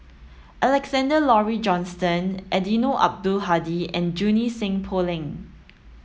Alexander Laurie Johnston Eddino Abdul Hadi and Junie Sng Poh Leng